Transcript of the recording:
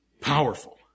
Powerful